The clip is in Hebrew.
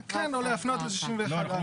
כן, או להפנות ל-61א.